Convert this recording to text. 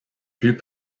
plus